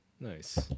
Nice